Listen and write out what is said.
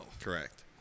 Correct